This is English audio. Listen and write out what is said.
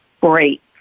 Great